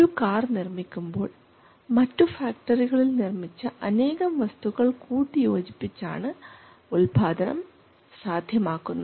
ഒരു കാർ നിർമ്മിക്കുമ്പോൾ മറ്റു ഫാക്ടറികളിൽ നിർമ്മിച്ച അനേകം വസ്തുക്കൾ കൂട്ടിയോജിപ്പിച്ച് ആണ് ഉത്പാദനം സാധ്യമാകുന്നത്